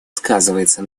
сказывается